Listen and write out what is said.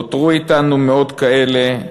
נותרו אתנו מאות כאלה.